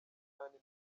numunani